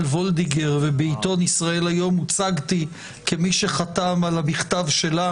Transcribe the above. וולדיגר ובעיתון "ישראל היום" הוצגתי כמי שחתם על המכתב שלה